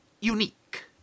unique